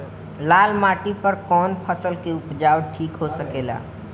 लाल माटी पर कौन फसल के उपजाव ठीक हो सकेला?